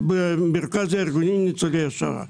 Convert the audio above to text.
למרכז הארגונים של ניצולי השואה.